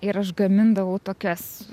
ir aš gamindavau tokias